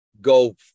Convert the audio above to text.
go